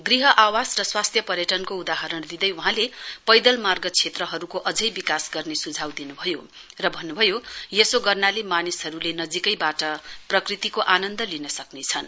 गृह आवास र स्वास्थ्य पर्यटनको उदाहरण दिँदै वहाँले पैदल मार्ग क्षेत्रहरुको अझै विकास गर्ने सुझाउ दिनुभयो र भन्नुभयो यसो गर्नाले मानिसहरुले नजीकैवाट प्रकृतिको आन्नद लिन सक्रेछन्